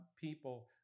people